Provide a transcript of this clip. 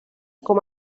com